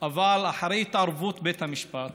אבל אחרי התערבות בית המשפט